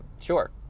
sure